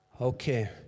Okay